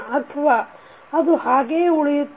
ಅಥವಾ ಅದು ಹಾಗೇಯೇ ಉಳಿಯುತ್ತದೆ